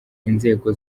inzego